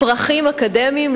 "פרחים אקדמיים",